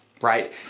Right